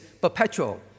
perpetual